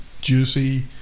juicy